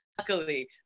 luckily